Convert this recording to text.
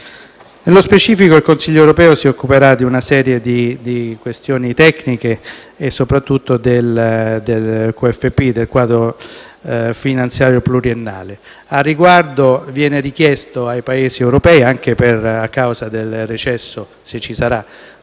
Nello specifico, il Consiglio europeo si occuperà di una serie di questioni tecniche e, soprattutto, del quadro finanziario pluriennale (QFP). A riguardo, viene richiesto ai Paesi europei, anche a causa del recesso - se ci sarà